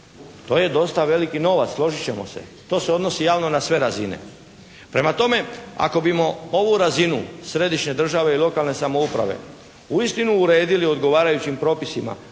To je dosta veliki novac, složit ćemo se. To se odnosi javno na sve razine. Prema tome, ako bi ovu razinu središnje države i lokalne samouprave uistinu odredili odgovarajućim propisima